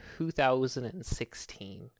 2016